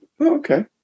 okay